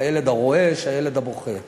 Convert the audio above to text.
הילד הרועש, הילד הבוכה.